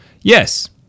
Yes